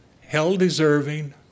hell-deserving